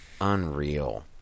Unreal